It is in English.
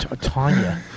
Tanya